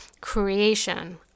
creation